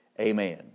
amen